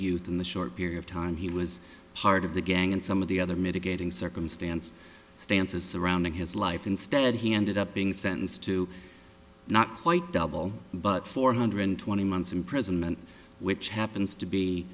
youth in the short period of time he was part of the gang and some of the other mitigating circumstance stances surrounding his life instead he ended up being sentenced to not quite double but four hundred twenty months imprisonment which happens to